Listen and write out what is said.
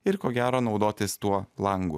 ir ko gero naudotis tuo langu